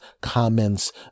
comments